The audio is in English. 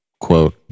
quote